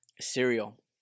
Cereal